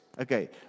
Okay